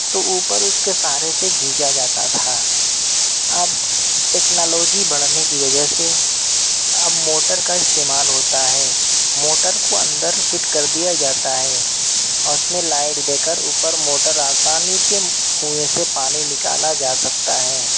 تو اوپر اس کے سہارے سے گھینچا جاتا تھا اب ٹیکنالوجی بڑھنے کی وجہ سے اب موٹر کا استعمال ہوتا ہے موٹر کو اندر فٹ کر دیا جاتا ہے اور اس میں لائٹ دے کر اوپر موٹر آسانی سے کنوئیں سے پانی نکالا جا سکتا ہے